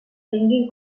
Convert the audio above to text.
tinguin